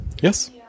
yes